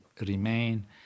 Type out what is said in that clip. remain